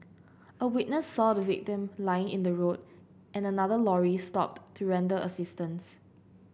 a witness saw the victim lying in the road and another lorry stopped to render assistance